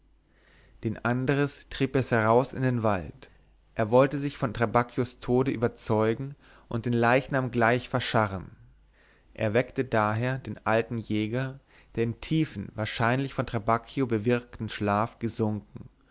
den andres trieb es heraus in den wald er wollte sich von trabacchios tode überzeugen und den leichnam gleich verscharren er weckte daher den alten jäger der in tiefen wahrscheinlich von trabacchio bewirkten schlaf gesunken